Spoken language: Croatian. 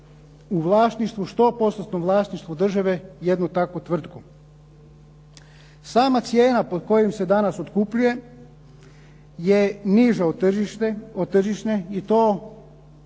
u vlasništvu, 100%-tnom vlasništvu države jednu takvu tvrtku. Sama cijena pod koju se danas otkupljuje je niža od tržišne i to